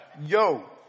Yo